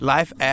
Life